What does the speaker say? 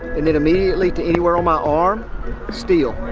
and then immediately to anywhere on my arm steal.